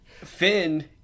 Finn